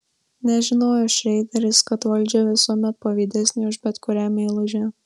nežinojo šreideris kad valdžia visuomet pavydesnė už bet kurią meilužę